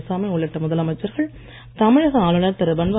நாராயணசாமி உள்ளிட்ட முதலமைச்சர்கள் தமிழக ஆளுநர் திரு